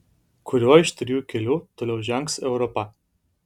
kuriuo iš trijų kelių toliau žengs europa